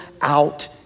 out